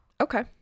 okay